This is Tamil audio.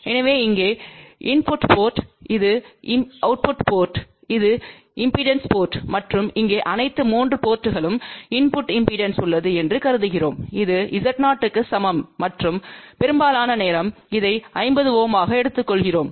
எனவே இங்கே இன்புட்டு போர்ட் இது இம்பெடன்ஸ் போர்ட் இது இம்பெடன்ஸ் போர்ட் மற்றும் இங்கே அனைத்து 3 போர்ட்ங்களுக்கும் இன்புட்டு இம்பெடன்ஸ் உள்ளது என்று கருதுகிறோம் இது Z0க்கு சமம்மற்றும் பெரும்பாலான நேரம் இதை 50 Ω ஆக எடுத்துக்கொள்கிறோம்